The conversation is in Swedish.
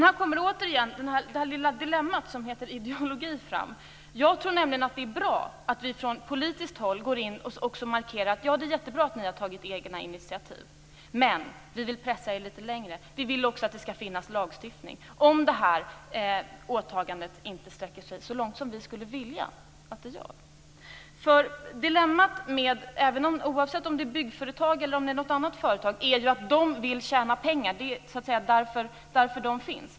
Här kommer återigen det lilla dilemma som heter ideologi fram. Jag tror nämligen att det är bra att vi från politiskt håll markerar att det är jättebra att man inom branschen tar egna initiativ men att vi samtidigt påpekar att vill pressa dem litet längre, att vi vill att det skall finnas lagstiftning för den händelse att det frivilliga åtagandet inte sträcker sig så långt som vi vill att det skall göra. Oavsett om det handlar om byggföretag eller andra företag är ju dilemmat här att företag vill tjäna pengar, det är så att säga därför de finns.